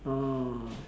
orh